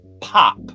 pop